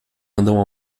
andam